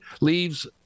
leaves